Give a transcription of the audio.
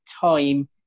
time